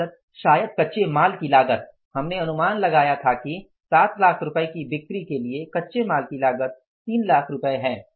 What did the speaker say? लागत शायद कच्चे माल की लागत हमने अनुमान लगाया था कि 7 लाख रुपये की बिक्री के लिए कच्चे माल की लागत 3 लाख रुपये का है